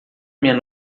minha